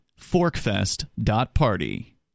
ForkFest.Party